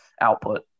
output